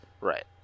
Right